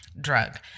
drug